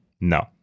No